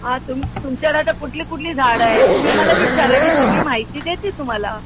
हां तुम तुमच्याकडं आता कुठली कुठली झाडं आहेत तुम्ही मला विचारा मी सगळी माहिती देते तुम्हाला